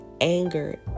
anger